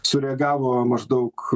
sureagavo maždaug